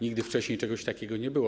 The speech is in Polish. Nigdy wcześniej czegoś takiego nie było.